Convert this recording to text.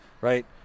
right